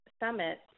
summit